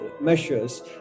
measures